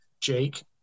Jake